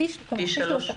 פי שלוש.